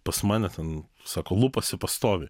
pas mane ten sako lupasi pastoviai